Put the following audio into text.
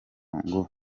ngo